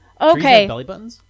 Okay